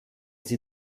sie